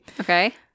Okay